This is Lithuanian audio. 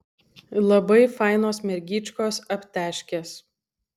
labai fainos mergyčkos aptežkės